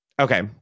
Okay